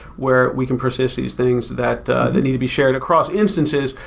where we can persist these things that that need to be shared across instances,